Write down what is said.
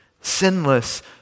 sinless